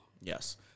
Yes